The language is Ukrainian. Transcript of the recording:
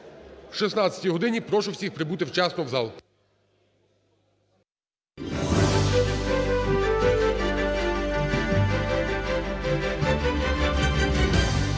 О 16 годині прошу всіх прибути вчасно в зал.